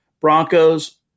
Broncos